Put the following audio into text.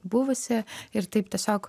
buvusi ir taip tiesiog